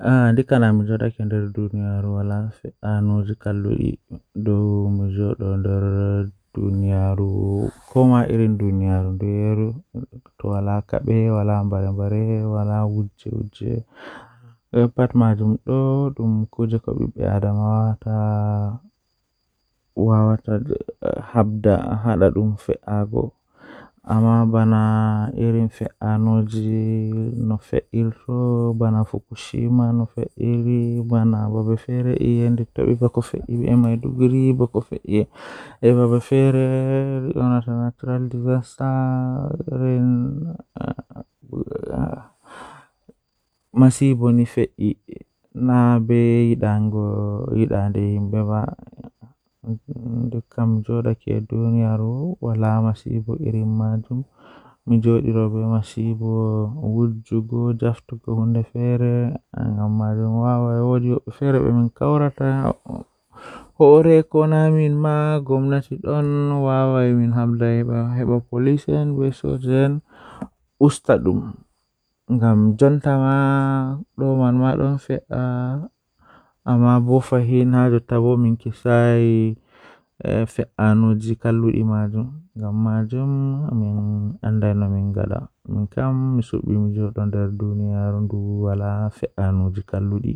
Njidi nguurndam ngam sabu njiddude sabu ɗiɗi, fota waawaa njiddaade e loowdi so tawii nguurndam waawataa njillataa. Hokkondir leydi ngal e ndiyam ngal e keɓa joom ndiyam ngoni njiddude walla sabu. Njillataa e ɗoon njiddude e ko o waawataa njiddude ngal. Hokkondir sabu e ɗiɗi ngal ngal.